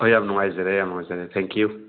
ꯑꯣ ꯌꯥꯝ ꯅꯨꯡꯉꯥꯏꯖꯔꯦ ꯌꯥꯝ ꯅꯨꯡꯉꯥꯏꯖꯔꯦ ꯊꯦꯡ ꯀ꯭ꯌꯨ